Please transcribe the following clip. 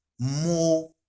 more